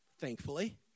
thankfully